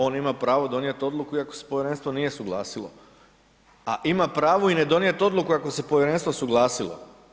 On ima pravo donijeti odluku iako se povjerenstvo nije suglasilo, a ima pravo i ne donijeti odluku ako se povjerenstvo suglasilo.